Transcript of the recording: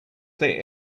their